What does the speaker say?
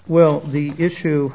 well the issue